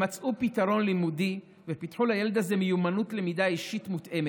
הם מצאו פתרון לימודי ופיתחו לילד הזה מיומנות למידה אישית מותאמת,